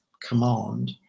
command